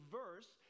verse